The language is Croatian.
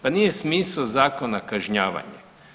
Pa nije smisao zakona kažnjavanje.